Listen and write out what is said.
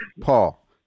Paul